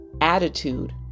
attitude